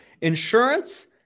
insurance